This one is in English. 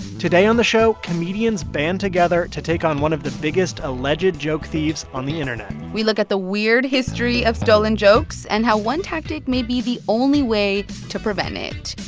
today on the show, comedians band together to take on one of the biggest alleged joke thieves on the internet we look at the weird history of stolen jokes and how one tactic may be the only way to prevent it.